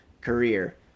career